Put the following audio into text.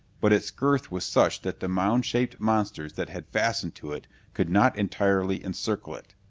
but its girth was such that the mound-shaped monsters that had fastened to it could not entirely encircle it.